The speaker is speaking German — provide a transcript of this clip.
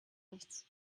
nichts